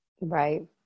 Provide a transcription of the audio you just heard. Right